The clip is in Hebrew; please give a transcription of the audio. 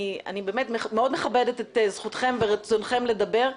אני מאוד מכבדת את זכותכם ורצונכם לדבר,